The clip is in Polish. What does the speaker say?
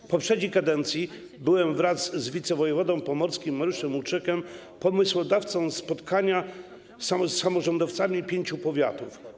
W poprzedniej kadencji byłem wraz z wicewojewodą pomorskim Mariuszem Łuczykiem pomysłodawcą spotkania z samorządowcami pięciu powiatów.